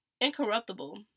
incorruptible